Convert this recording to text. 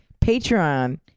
Patreon